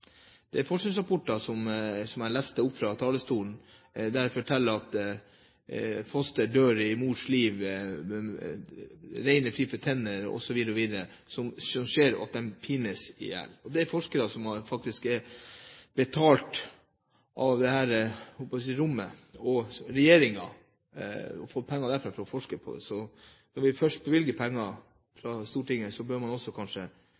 fra talerstolen fortalte at fostre dør i mors liv, at rein er fri for tenner, og at de pines i hjel. Det er forskere som faktisk er betalt av oss i dette rommet, forskere som har fått penger fra regjeringen for å forske på det. Og når vi først bevilger penger fra Stortinget, bør vi kanskje også